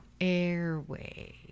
Airway